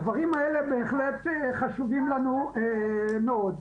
הדברים האלה בהחלט חשובים לנו מאוד.